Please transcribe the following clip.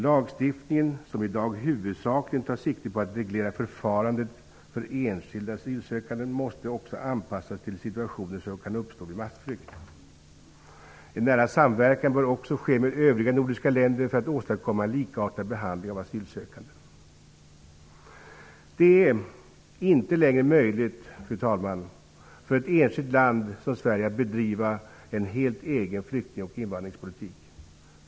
Lagstiftningen, som i dag huvudsakligen tar sikte på att reglera förfarandet för enskilda asylsökande, måste också anpassas till situationer som kan uppstå vid massflykt. En nära samverkan bör också ske med övriga nordiska länder för att åstadkomma en likartad behandling av asylsökande. Det är, fru talman, inte längre möjligt för ett enskilt land som Sverige att bedriva en helt egen flyktingoch invandringspolitik.